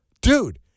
Dude